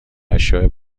اشیاء